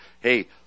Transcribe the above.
Hey